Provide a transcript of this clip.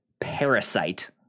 Parasite